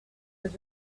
was